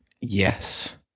yes